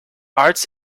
arts